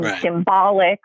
symbolic